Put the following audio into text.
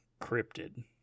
cryptid